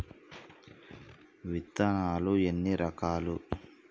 విత్తనాలు ఎన్ని రకాలు?